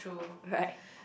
right